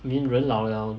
I mean 人老 liao